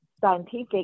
scientific